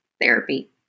Therapy